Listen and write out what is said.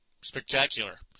Spectacular